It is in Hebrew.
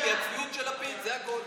מפריעה לי הצביעות של לפיד, זה הכול.